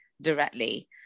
directly